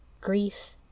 Grief